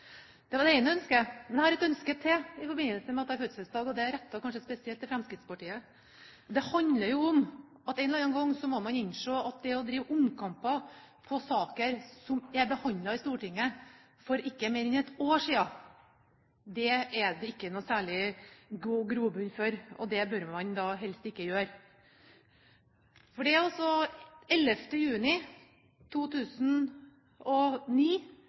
Det var det ene ønsket. Men jeg har ett ønske til i forbindelse med at jeg har fødselsdag, og det er rettet kanskje spesielt mot Fremskrittspartiet. Det handler om at en eller annen gang må man innse at det å drive omkamper på saker som er behandlet i Stortinget for ikke mer enn ett år siden, er det ikke noen særlig god grobunn for, og det bør man helst ikke gjøre. 11. juni 2009